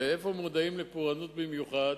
ואיפה מועדים לפורענות במיוחד?